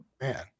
man